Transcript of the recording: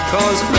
Cause